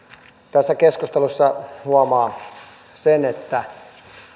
tässä keskustelussa huomaa sen että